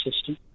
system